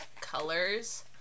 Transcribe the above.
colors